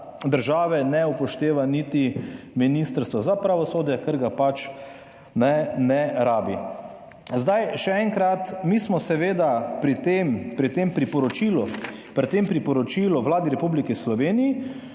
države ne upošteva niti Ministrstva za pravosodje, ker ga ne rabi. Zdaj, še enkrat, mi smo seveda pri tem priporočilu, Vladi Republike Slovenije